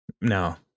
No